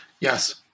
Yes